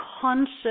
conscious